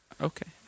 Okay